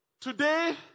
today